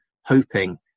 hoping